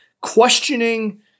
questioning